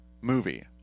movie